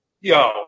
yo –